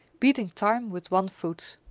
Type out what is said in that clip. beating time with one foot.